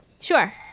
Sure